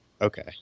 Okay